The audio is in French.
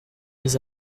mes